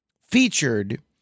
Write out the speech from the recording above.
featured